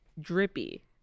drippy